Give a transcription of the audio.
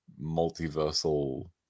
multiversal